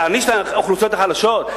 להעניש את האוכלוסיות החלשות?